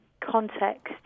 context